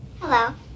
Hello